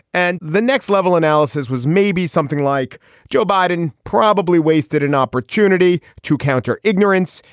and the next level analysis was maybe something like joe biden probably wasted an opportunity to counter ignorance,